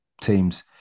teams